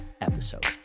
episode